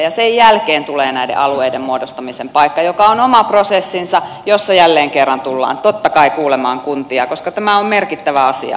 ja sen jälkeen tulee näiden alueiden muodostamisen paikka joka on oma prosessinsa jossa jälleen kerran tullaan totta kai kuulemaan kuntia koska tämä on merkittävä asia kunnille